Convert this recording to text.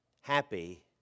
happy